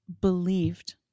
believed